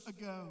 ago